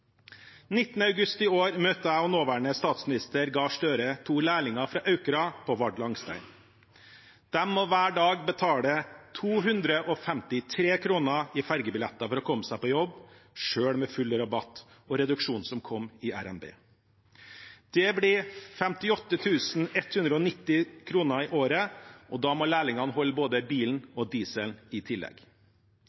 august i år møtte jeg og nåværende statsminister Gahr Støre to lærlinger fra Aukra på Vard Langsten. De må hver dag betale 253 kr i fergebilletter for å komme seg på jobb, selv med full rabatt og reduksjonen som kom i RNB. Det blir 58 190 kr i året, og da må lærlingene holde både bilen